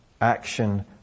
action